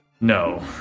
No